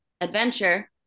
adventure